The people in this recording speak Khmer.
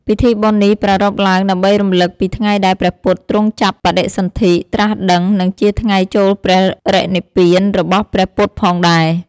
ពិធីបុណ្យនេះប្រារព្ធឡើងដើម្បីរំឮកពីថ្ងៃដែលព្រះពុទ្ធទ្រង់ចាប់បដិសន្ធិ ត្រាស់ដឹង និងជាថ្ងៃចូលបរិនិព្វានរបស់ព្រះពុទ្ធផងដែរ ។